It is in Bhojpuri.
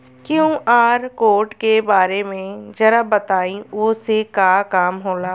क्यू.आर कोड के बारे में जरा बताई वो से का काम होला?